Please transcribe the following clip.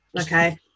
okay